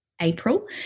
April